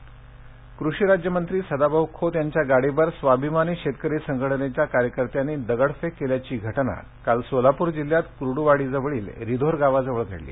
सदाभाऊ खोतः कृषि राज्यमंत्री सदाभाऊ खोत यांच्या गाडीवर स्वाभिमानी शेतकरी संघटनेच्या कार्यकर्त्यांनी दगडफेक केल्याची घटना काल सोलापूर जिल्ह्यात कुईूवाडीजवळील रिधोर गावाजवळ घडली